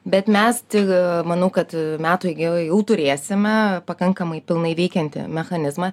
bet mes tik manau kad metų eigoje jau turėsime pakankamai pilnai veikiantį mechanizmą